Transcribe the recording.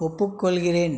ஒப்புக்கொள்கிறேன்